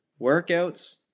Workouts